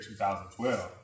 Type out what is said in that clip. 2012